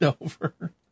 over